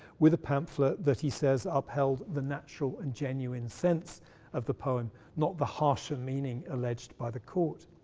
with a pamphlet that he says upheld the natural and genuine sense of the poem, not the harsher meaning alleged by the court.